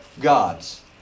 God's